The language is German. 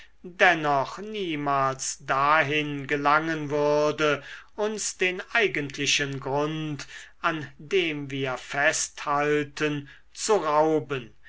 dennoch niemals dahin gelangen würde uns den eigentlichen grund an dem wir festhalten zu rauben